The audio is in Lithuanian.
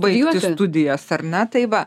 baigti studijas ar ne tai va